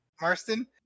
Marston